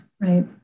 Right